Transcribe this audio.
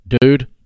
Dude